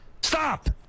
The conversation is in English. Stop